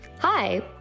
Hi